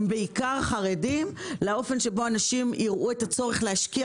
הם בעיקר חרדים לאופן שבו אנשים יראו את הצורך להשקיע